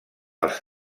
els